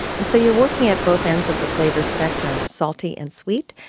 and so you're working at both ends of the flavor spectrum salty and sweet.